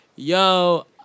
Yo